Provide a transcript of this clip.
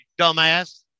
dumbass